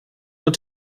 good